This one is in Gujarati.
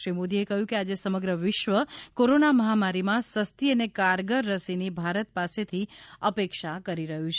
શ્રી મોદીએ કહ્યું કે આજે સમગ્ર વિશ્વ કોરોના મહામારી માં સસ્તી અને કારગર રસીની ભારત પાસેથી અપેક્ષા કરી રહ્યું છે